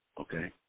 Okay